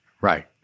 right